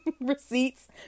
receipts